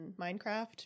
Minecraft